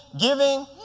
giving